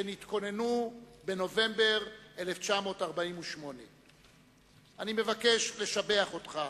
שנתכוננו בנובמבר 1948. אני מבקש לשבח אותך,